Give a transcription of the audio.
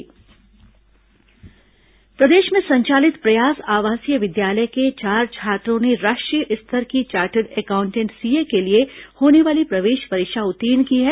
CA प्रवेश परीक्षा उत्तीर्ण प्रदेश में संचालित प्रयास आवासीय विद्यालय के चार छात्रों ने राष्ट्रीय स्तर की चार्टर्ड एकाउंटेंट सीए के लिए होने वाली प्रवेश परीक्षा उत्तीर्ण की है